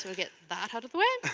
so get that out of the way.